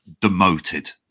demoted